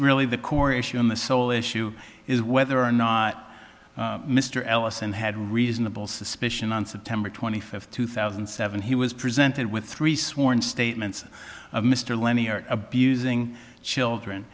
really the core issue and the sole issue is whether or not mr ellison had reasonable suspicion on september twenty fifth two thousand and seven he was presented with three sworn statements of mr lemmy or abusing children